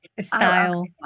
style